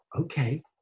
okay